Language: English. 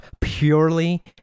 purely